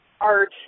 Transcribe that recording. art